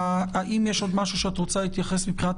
האם יש עוד משהו שאת רוצה להתייחס מבחינת